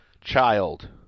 child